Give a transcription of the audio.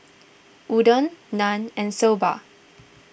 Oden Naan and Soba